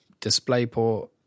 DisplayPort